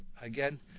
again